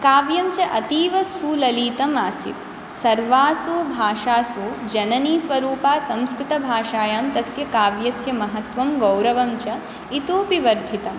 काव्यञ्च अतीव सुललीतम् आसीत् सर्वासु भाषासु जननीस्वरूपासंस्कृतभाषायां तस्य काव्यस्य महत्त्वं गौरवञ्च इतोऽपि वर्धितम्